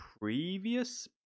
previous